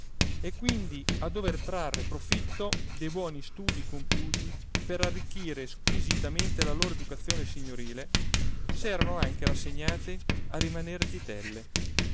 e quindi a dover trarre profitto dei buoni studii compiuti per arricchire squisitamente la loro educazione signorile s'erano anche rassegnate a rimaner zitelle